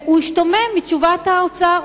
הוא השתומם מתשובת האוצר.